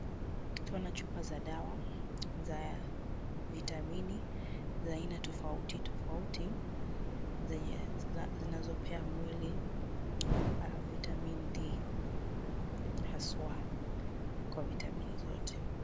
Chupa ya dawa za vitamini za aina tofauti tofauti zinazopea mwili vitamin D(cs) haswaa kwa vitamini zote.